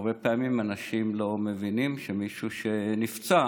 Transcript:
הרבה פעמים אנשים לא מבינים שכשמישהו נפצע